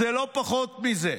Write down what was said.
זה לא פחות מזה.